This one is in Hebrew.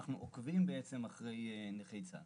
אנחנו עוקבים בעצם אחרי נכי צה"ל.